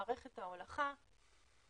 מערכת ההולכה הוקמה,